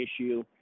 issue